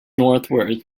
northward